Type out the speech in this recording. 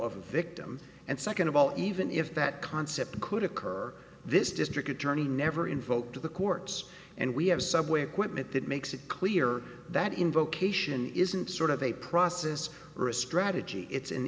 the victim and second of all even if that concept could occur this district attorney never invoked the courts and we have subway equipment that makes it clear that in vocation isn't sort of a process or a strategy it's in